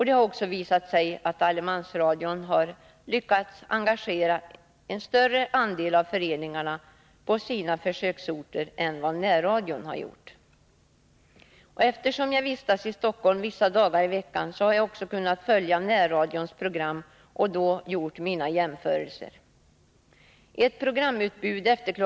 Det har också visat sig att allemansradion har lyckats engagera en större andel av föreningarna på sina försöksorter än vad närradion gjort. Eftersom jag vistas i Stockholm vissa dagar i veckan så har jag också kunnat följa närradions program, och jag har då gjort mina jämförelser. Ett programutbud efter kl.